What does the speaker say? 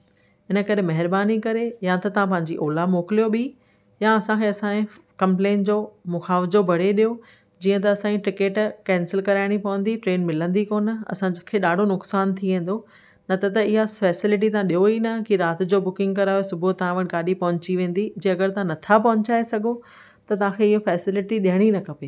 हिन करे महिरबानी करे या त तव्हां पंहिंजी ओला मोकिलियो ॿीं या असांखे असांजी कम्प्लेन जो मुवावजो भरे ॾियो जीअं त असांजी टिकेट केंसिल कराइण पवंदी ट्रेन मिलंदी कोन असांखे ॾाढो नुक़सान थी वेंदो न त इहा फेसिलिटी तव्हां ॾियो ई न कि राति खे बुकिंग करायो सुबुह जो तव्हां वटि गाडी पहुची वेंदी जंहिं अॻरि तव्हां नथा पहुचाए सघो त तव्हांखे इहा फेसिलटी ॾियणी न खपे